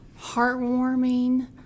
heartwarming